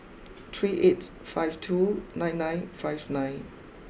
three eight five two nine nine five nine